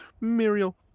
Muriel